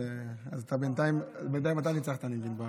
אז בינתיים בהצבעה אתה ניצחת, אני מבין.